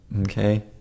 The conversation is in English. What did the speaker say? okay